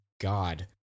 God